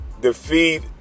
defeat